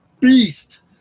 beast